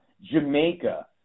Jamaica